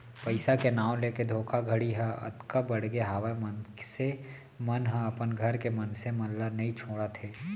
पइसा के नांव लेके धोखाघड़ी ह अतका बड़गे हावय मनसे मन ह अपन घर के मनसे मन ल नइ छोड़त हे